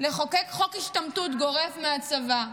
לחוקק חוק השתמטות גורף מהצבא,